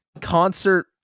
concert